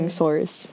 source